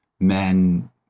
men